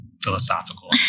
philosophical